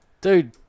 Dude